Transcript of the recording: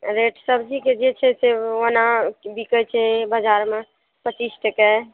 rate सबजीके जे छै से ओना बिकै छै बजारमे पच्चीस टके